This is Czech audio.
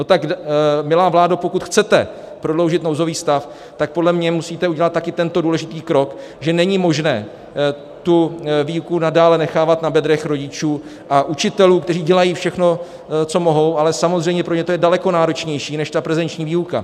No tak, milá vládo, pokud chcete prodloužit nouzový stav, tak podle mě musíte udělat taky tento důležitý krok, že není možné výuku nadále nechávat na bedrech rodičů a učitelů, kteří dělají všechno, co mohou, ale samozřejmě pro ně to je daleko náročnější než prezenční výuka.